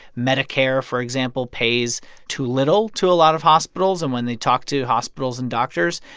medicare, for example, pays too little to a lot of hospitals and when they talk to hospitals and doctors,